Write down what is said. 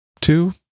two